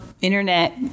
internet